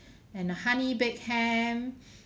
and honey baked ham